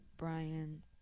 Brian